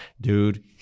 dude